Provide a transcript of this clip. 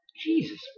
Jesus